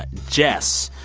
but jess,